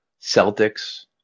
Celtics